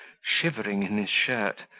shivering in his shirt,